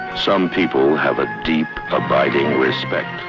some people have a deep abiding respect.